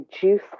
juice